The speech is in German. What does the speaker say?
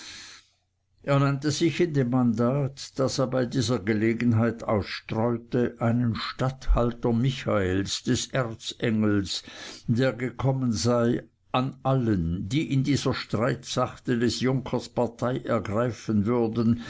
er nannte sich in dem mandat das er bei dieser gelegenheit ausstreute einen statthalter michaels des erzengels der gekommen sei an allen die in dieser streitsache des junkers partei ergreifen würden